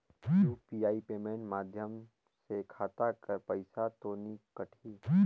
UPI payment माध्यम से खाता कर पइसा तो नी कटही?